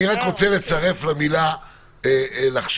אני רק רוצה לצרף למילה לחשוב